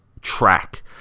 track